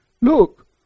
Look